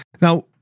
Now